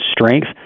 strength